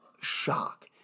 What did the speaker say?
shock